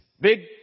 big